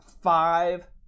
five